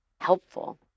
helpful